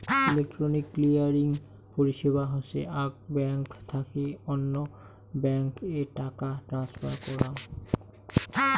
electronic clearing পরিষেবা হসে আক ব্যাঙ্ক থাকি অল্য ব্যাঙ্ক এ টাকা ট্রান্সফার করাঙ